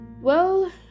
Well